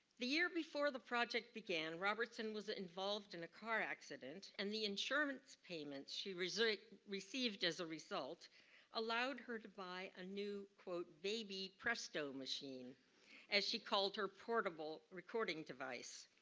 the year before the project began, robertson was involved in a car accident and the insurance payment she received as a result allowed her to buy a new baby presto machine as she called her portable recording device.